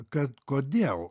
kad kodėl